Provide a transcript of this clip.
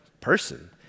person